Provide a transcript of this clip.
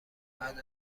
بعد